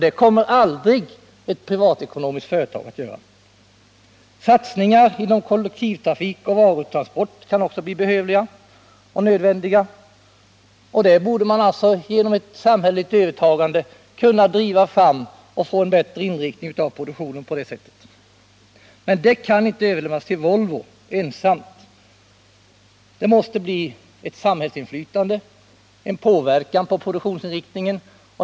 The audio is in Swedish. Det kommer aldrig ett privatekonomiskt företag att göra. Satsningar inom kollektivtrafik och varutransport kan också bli behövliga och nödvändiga. Genom ett samhälleligt övertagande borde man alltså kunna driva fram och få en bättre inriktning av produktionen. Men det kan inte överlämnas till AB Volvo ensamt, utan det måste till ett samhällsinflytande, en påverkan på produktionsinriktningen.